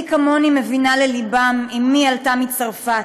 מי כמוני מבינה ללבם, אמי עלתה מצרפת.